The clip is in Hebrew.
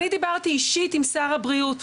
אני דיברתי אישית עם שר הבריאות,